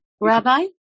Rabbi